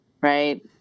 right